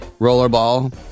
rollerball